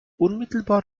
unmittelbar